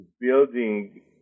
building